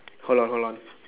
hold on hold on